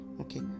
Okay